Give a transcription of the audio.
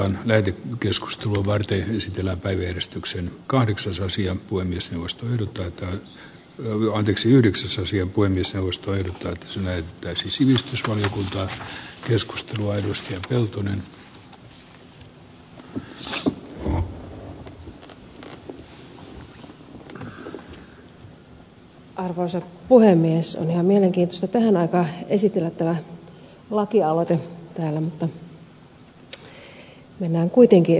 on käyty keskustelua varten järjestellä päivystyksen kahdeksasosia voimistelusta tai no onneksi yhdeksäs asia kuin isä uskoi osuneet täysin ihan mielenkiintoista tähän aikaan esitellä tämä lakialoite täällä mutta mennään kuitenkin